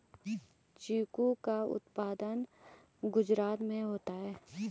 चीकू का उत्पादन गुजरात में होता है